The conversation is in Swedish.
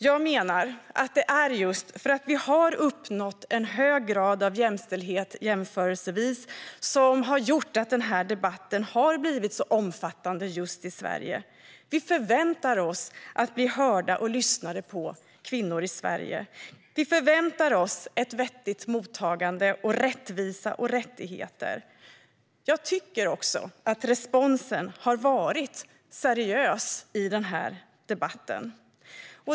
Jag menar att det är just för att vi har uppnått en jämförelsevis hög grad av jämställdhet som denna debatt har blivit så omfattande just i Sverige. Vi kvinnor i Sverige förväntar oss att bli hörda och lyssnade på. Vi förväntar oss ett vettigt mottagande, rättvisa och rättigheter. Jag tycker också att responsen har varit seriös i debatten.